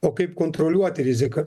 o kaip kontroliuoti riziką